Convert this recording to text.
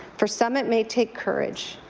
for some, it may take courage.